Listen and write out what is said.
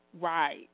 Right